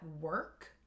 work